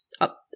up